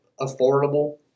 affordable